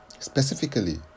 Specifically